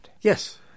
Yes